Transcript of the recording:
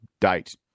date